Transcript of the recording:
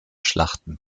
schlachten